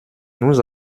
nous